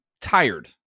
tired